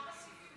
ארבעה סעיפים,